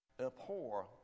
Abhor